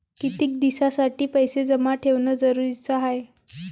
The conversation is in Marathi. कितीक दिसासाठी पैसे जमा ठेवणं जरुरीच हाय?